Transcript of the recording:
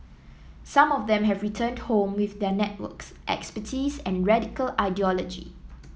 some of them have returned home with their networks expertise and radical ideology